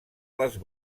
les